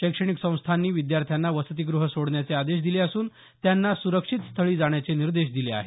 शैक्षणिक संस्थांनी विद्यार्थ्यांना वसतिग्रहे सोडण्याचे आदेश दिले असून त्यांना सुरक्षित स्थळी जाण्याचे निर्देश दिले आहेत